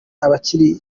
abakiriya